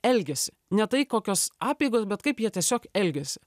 elgiasi ne tai kokios apeigos bet kaip jie tiesiog elgiasi